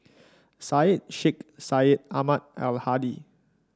Syed Sheikh Syed Ahmad Al Hadi